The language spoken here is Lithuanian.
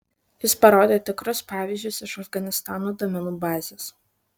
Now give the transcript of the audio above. jis parodė tikrus pavyzdžius iš afganistano duomenų bazės